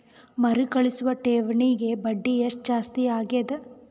ಮರುಕಳಿಸುವ ಠೇವಣಿಗೆ ಬಡ್ಡಿ ಎಷ್ಟ ಜಾಸ್ತಿ ಆಗೆದ?